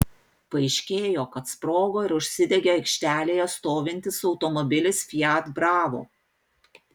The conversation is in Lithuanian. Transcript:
paaiškėjo kad sprogo ir užsidegė aikštelėje stovintis automobilis fiat bravo